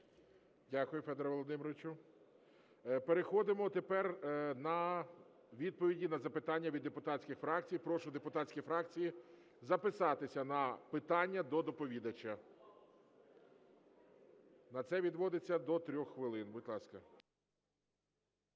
Дякую, Федоре Володимировичу. Переходимо тепер на відповіді на запитання від депутатських фракцій. Прошу депутатські фракції записатися на питання до доповідача, на це відводиться до 3 хвилин. Будь ласка.